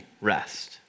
rest